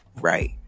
right